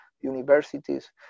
universities